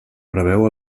preveu